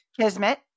Kismet